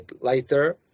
later